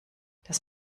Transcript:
das